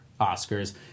Oscars